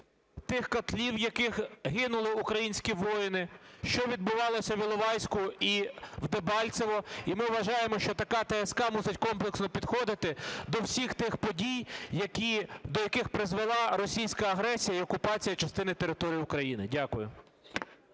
тих котлів, в яких гинули українські воїни. Що відбувалося в Іловайську і в Дебальцевому. І ми вважаємо, що така ТСК мусить комплексно підходити до всіх тих подій, до яких призвела російська агресія і окупація частини території України. Дякую.